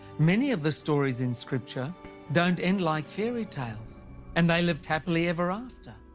many of the stories in scripture don't end like fairy tales and they lived happily ever after.